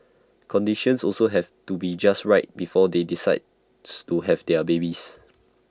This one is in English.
conditions also have to be just right before they decides to have their babies